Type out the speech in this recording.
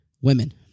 women